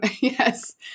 yes